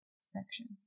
sections